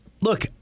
look